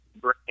bring